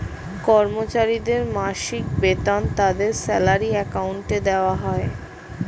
কর্মচারীদের মাসিক বেতন তাদের স্যালারি অ্যাকাউন্টে দেওয়া হয়